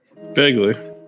vaguely